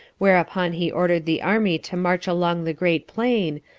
whereupon he ordered the army to march along the great plain,